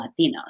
Latinos